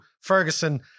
Ferguson